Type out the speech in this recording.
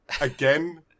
again